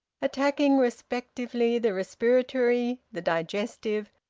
attacking respectively the respiratory, the digestive,